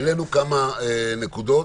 העלינו כמה נקודות.